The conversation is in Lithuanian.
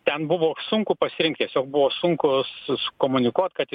ten buvo sunku pasirinkt tiesiog buvo sunkus komunikuot kad